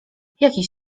jakiś